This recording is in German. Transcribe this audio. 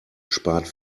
spart